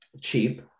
cheap